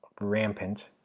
rampant